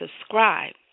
subscribe